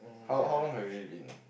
how how long have you been